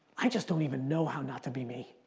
i just don't even know how not to be me.